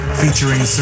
featuring